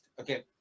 okay